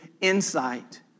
insight